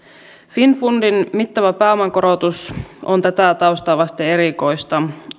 finnfundin mittava pääoman korotus on tätä taustaa vasten erikoista